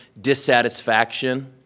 dissatisfaction